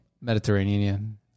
Mediterranean